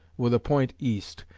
with a point east,